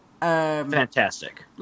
Fantastic